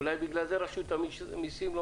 אולי בגלל זה רשות המסים לא